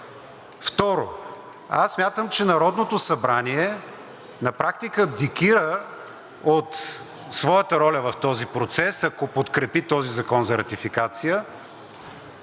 Второ, аз смятам, че Народното събрание на практика абдикира от своята роля в този процес, ако подкрепи този закон за ратификация,